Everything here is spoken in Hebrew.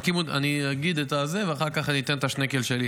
אני אגיד את הדברים ואחר כך אני אתן את השנקל שלי.